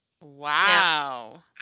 Wow